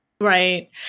Right